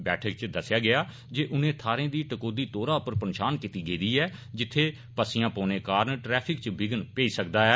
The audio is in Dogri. बैठक च दस्सेया गेआ जे उनें थ्हारें दी टकोहदे तौर उप्पर पंछान कीत्ती गेदी ऐ जित्थें पस्सियां पौने कारण ट्रैफिक च विघ्न पेई सकदा ऐ